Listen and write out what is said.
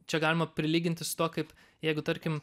čia galima prilyginti su tuo kaip jeigu tarkim